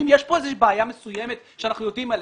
שיש כאן איזו בעיה מסוימת שאנחנו יודעים עליה.